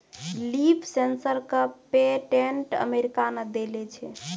Leaf sensor क patent America ने देलें छै?